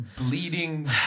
bleeding